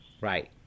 right